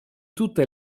tutte